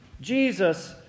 Jesus